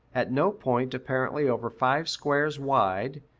at no point apparently over five squares wide,